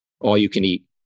all-you-can-eat